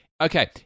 Okay